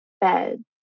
bed